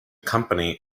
company